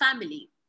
family